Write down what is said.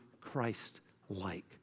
Christ-like